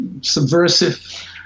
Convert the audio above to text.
subversive